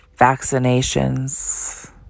vaccinations